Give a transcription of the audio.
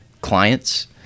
clients